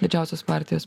didžiausios partijos